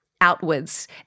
outwards